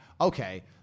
okay